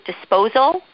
disposal